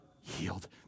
healed